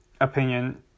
opinion